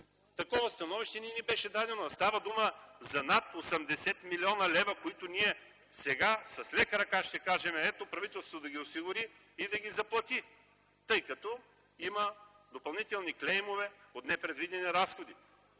Такова становище не ни беше дадено. А става дума за над 80 млн. лв., които ние сега, с лека ръка ще кажем – ето, правителството да ги осигури и да ги заплати, тъй като има допълнителни клеймове от непредвидени разходи.